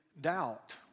doubt